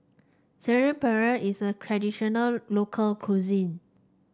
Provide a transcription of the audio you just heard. Saag Paneer is a traditional local cuisine